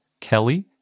Kelly